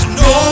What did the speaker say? no